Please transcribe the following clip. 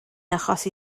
achosi